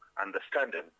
understanding